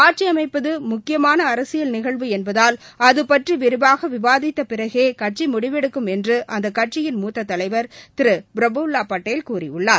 ஆட்சி அமைப்பது முக்கியமான அரசியல் நிகழ்வு என்பதால் அதுபற்றி விரிவாக விவாதித்த பிறகே கட்சி முடிவெடுக்கும் என்று அந்தக் கட்சியின் மூத்த தலைவர் திரு பிரஃவுல் படேல் கூறியுள்ளார்